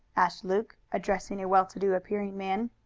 asked luke, addressing a well-to-do appearing man.